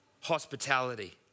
hospitality